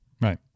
right